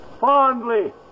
Fondly